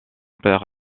père